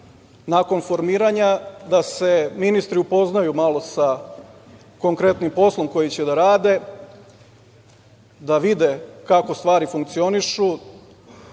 nakon formiranja da se ministri upoznaju malo sa konkretnim poslom koji će da rade, da vide kako stvari funkcionišu.